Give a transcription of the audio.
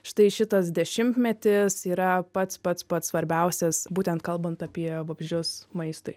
štai šitas dešimtmetis yra pats pats pats svarbiausias būtent kalbant apie vabzdžius maistui